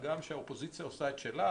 הגם שהאופוזיציה עושה את שלה,